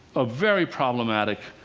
a very problematic